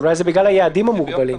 אולי זה בגלל היעדים המוגבלים.